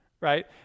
right